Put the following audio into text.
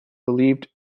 believed